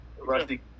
Rusty